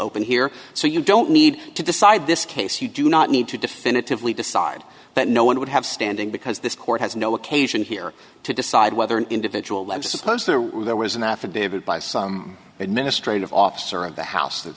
open here so you don't need to decide this case you do not need to definitively decide that no one would have standing because this court has no occasion here to decide whether an individual lives suppose there were there was an affidavit by some administrative officer of the house that